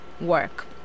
work